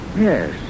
yes